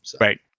Right